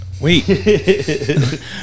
Wait